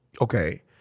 okay